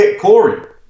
Corey